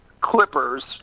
Clippers